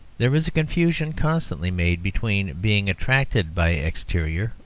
there is a confusion constantly made between being attracted by exterior,